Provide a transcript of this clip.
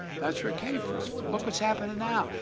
that's where it came from. look what's happening now.